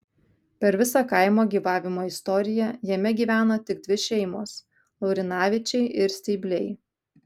per visą kaimo gyvavimo istoriją jame gyveno tik dvi šeimos laurinavičiai ir steibliai